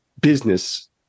business